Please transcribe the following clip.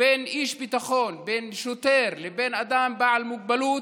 בין איש ביטחון, בין שוטר, לבין אדם בעל מוגבלות,